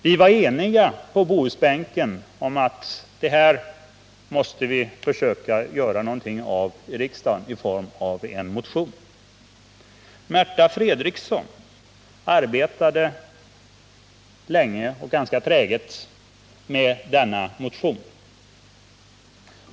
Vi var eniga på bohusbänken om att vi måste försöka göra något i riksdagen om detta i form av en motion. Märta Fredrikson arbetade länge och ganska träget med denna motion.